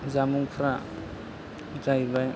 जामुंफ्रा जाहैबाय